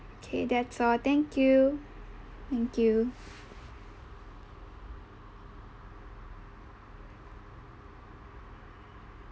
okay that's all thank you thank you